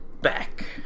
back